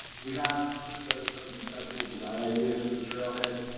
we have put together some conceptual design ideas for the trail head.